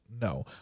no